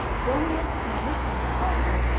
dormiet in lucem scorto,